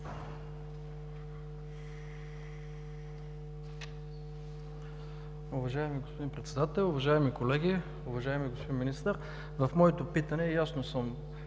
Уважаеми господин Председател, уважаеми колеги! Уважаеми господин Министър, в моето питане ясно съм